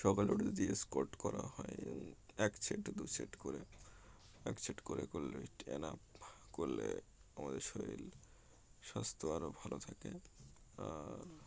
সকালে উঠে দিয়ে স্কোয়াট করা হয় এক সেট দু সেট করে এক সেট করে করলে টেন আপ করলে আমাদের শরীর স্বাস্থ্য আরও ভালো থাকে আর